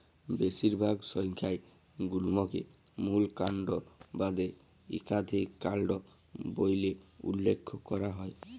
বেশিরভাগ সংখ্যায় গুল্মকে মূল কাল্ড বাদে ইকাধিক কাল্ড ব্যইলে উল্লেখ ক্যরা হ্যয়